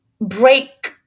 break